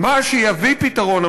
מה שיביא פתרון,